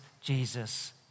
Jesus